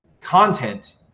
content